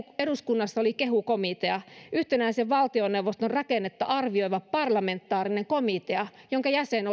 eduskunnassa oli kehu komitea yhtenäisen valtioneuvoston rakennetta arvioiva parlamentaarinen komitea jonka jäsen